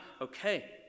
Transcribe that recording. okay